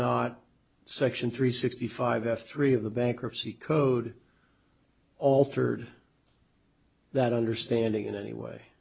not section three sixty five three of the bankruptcy code altered that understanding in any way